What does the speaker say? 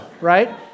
right